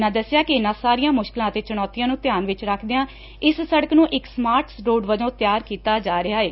ਉਨ੍ਹਾਂ ਦਸਿਆ ਕਿ ਇਨ੍ਹਾਂ ਸਾਰੀਆਂ ਮੁਸ਼ਕਲਾਂ ਅਤੇ ਚੁਣੌਤੀਆਂ ਨੂੰ ਧਿਆਲ ਵਿਚ ਰੱਖਦਿਆਂ ਇਸ ਸੜਕ ਨੂੰ ਇਕ ਸਮਾਰਟ ਰੋਡ ਵਜੋਂ ਤਿਆਰ ਕੀਤਾ ਜਾ ਰਿਹੈ